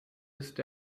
ist